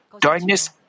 darkness